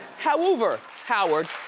however, howard.